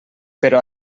però